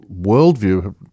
worldview